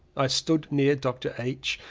i stood near dr. h.